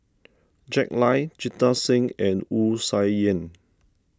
Jack Lai Jita Singh and Wu Tsai Yen